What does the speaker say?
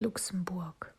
luxemburg